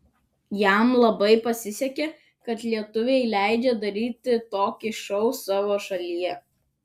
jam labai pasisekė kad lietuviai leidžia daryti tokį šou savo šalyje